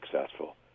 successful